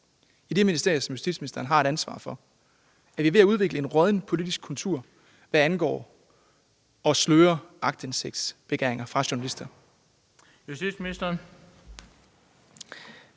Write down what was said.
i det ministerium, som justitsministeren har ansvaret for. Er vi ved at udvikle en rådden politisk kultur, hvad angår at sløre aktindsigtsbegæringer fra journalister? Kl. 13:33 Den